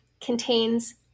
contains